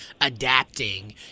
adapting